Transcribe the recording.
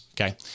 okay